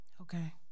Okay